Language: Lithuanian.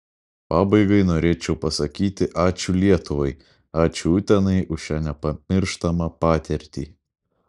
pabaigai norėčiau pasakyti ačiū lietuvai ačiū utenai už šią nepamirštamą patirtį